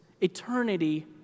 Eternity